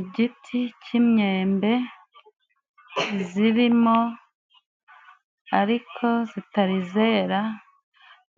Igiti cy'imyembe zirimo ariko zitari zera,